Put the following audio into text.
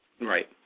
Right